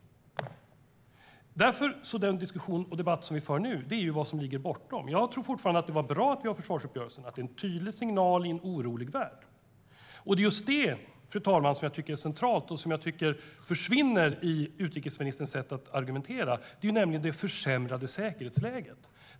Därför ligger den debatt som vi nu för utanför. Jag tycker fortfarande att det var bra med försvarsuppgörelsen. Det är en tydlig signal i en orolig värld. Det är just det som är centralt och som saknas i utrikesministerns argumentation, nämligen det försämrade säkerhetsläget.